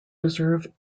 reserve